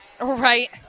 right